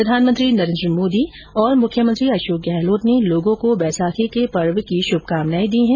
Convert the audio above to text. प्रधानमंत्री नरेन्द्र मोदी और मुख्यमंत्री अशोक गहलोत ने लोगों को वैसाखी के पर्व की शुभकामनाएं दी है